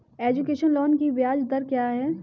Education loan की ब्याज दर क्या है?